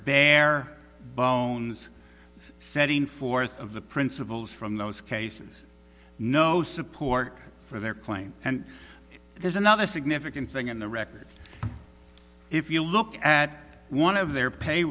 bare bones setting forth of the principles from those cases no support for their claim and there's another significant thing in the record if you look at one of their pay